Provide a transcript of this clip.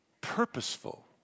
purposeful